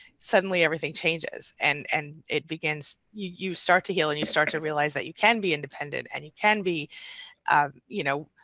suddenly everything changes and and it begins. you you start to heal and you start to realize that you can be independent and you can be ah you know,